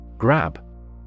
Grab